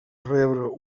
rebre